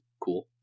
cool